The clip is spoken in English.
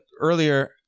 earlier